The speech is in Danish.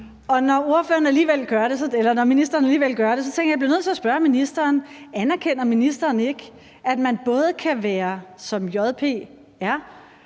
Når ministeren alligevel gør det, tænker jeg, at jeg bliver nødt til at spørge ministeren: Anerkender ministeren ikke, at man både kan være, som